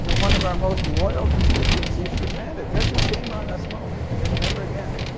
one of our most loyal constituencies for granted. that's a shame-on-us moment, and never again.